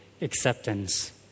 acceptance